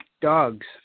dogs